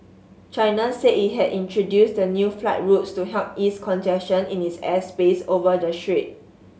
China said it had introduced the new flight routes to help ease congestion in its airspace over the strait